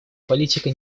политика